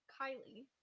Kylie